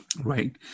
Right